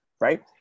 Right